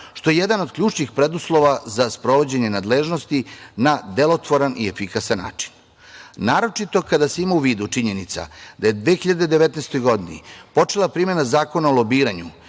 što je jedan od ključnih preduslova za sprovođenje nadležnosti na delotvoran i efikasan način. Naročito kada se ima u vidu činjenica da je u 2019. godini počela primena Zakona o lobiranju,